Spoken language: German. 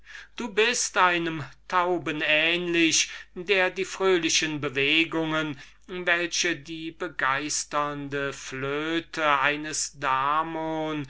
du bist einem tauben ähnlich der die fröhlichen bewegungen welche die begeisternde flöte eines